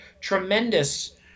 tremendous